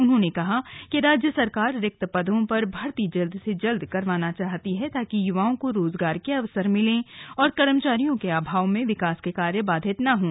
उन्होंने कहा कि राज्य सरकार रिक्त पदों पर भर्ती जल्द से जल्द करवाना चाहती है ताकि युवाओं को रोजगार के अवसर मिलें और कर्मचारियों के अभाव में विकास के कार्य बाधित न हों